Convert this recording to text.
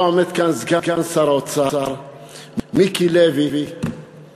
היה עומד כאן סגן שר האוצר מיקי לוי ואומר,